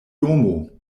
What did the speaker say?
domo